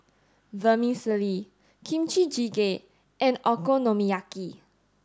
Vermicelli Kimchi jjigae and Okonomiyaki